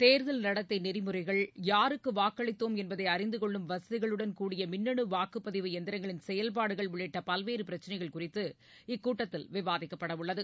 தேர்தல் நடத்தைநெறிமுறைகள் யாருக்குவாக்களித்தோம் என்பதைஅறிந்துகொள்ளும் வசதிகளுடன் கூடிய மின்னணுவாக்குப்பதிவு எந்திரங்களின் செயல்பாடுகள் உள்ளிட்டபல்வேறுபிரச்னைகள் குறித்து இக்கூட்டத்தில் விவாதிக்கப்படஉள்ளது